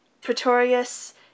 Pretorius